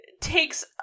takes